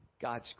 God's